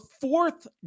fourth